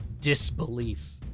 disbelief